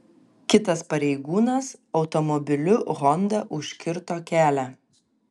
kitas pareigūnas automobiliu honda užkirto kelią